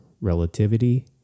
relativity